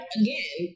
again